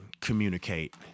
communicate